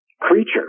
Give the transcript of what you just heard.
creature